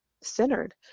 centered